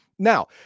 Now